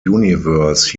universe